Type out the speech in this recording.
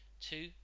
Two